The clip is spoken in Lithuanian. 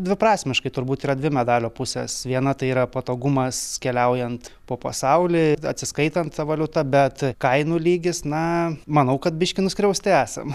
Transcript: dviprasmiškai turbūt yra dvi medalio pusės viena tai yra patogumas keliaujant po pasaulį atsiskaitant valiuta bet kainų lygis na manau kad biškį nuskriausti esam